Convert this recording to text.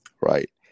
right